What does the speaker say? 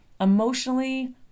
emotionally